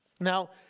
Now